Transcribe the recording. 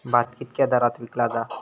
भात कित्क्या दरात विकला जा?